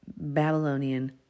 Babylonian